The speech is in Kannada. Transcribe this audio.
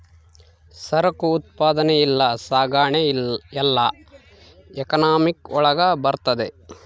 ಸರಕು ಉತ್ಪಾದನೆ ಇಲ್ಲ ಸಾಗಣೆ ಎಲ್ಲ ಎಕನಾಮಿಕ್ ಒಳಗ ಬರ್ತದೆ